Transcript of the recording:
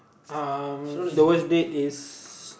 um the worst date is